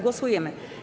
Głosujemy.